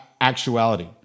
actuality